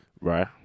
Right